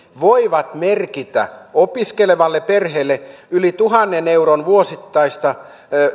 voivat merkitä opiskelevalle perheelle yli tuhannen euron vuosittaista